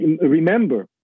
remember